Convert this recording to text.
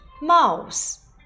Mouse